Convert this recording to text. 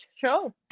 show